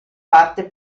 parte